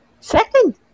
Second